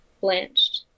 Blanched